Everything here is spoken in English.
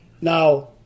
Now